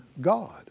God